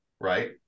right